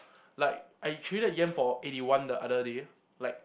like I traded yen for eighty one the other day like